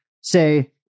say